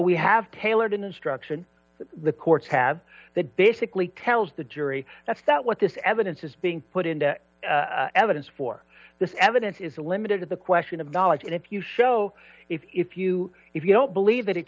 we have tailored an instruction the courts have that basically tells the jury that's that what this evidence is being put into evidence for this evidence is limited to the question of knowledge and if you show if you if you don't believe that it